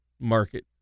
market